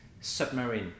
submarine